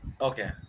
okay